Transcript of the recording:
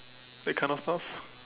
that kind of stuff